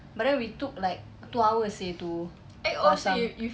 but then we took like two hours seh to pasang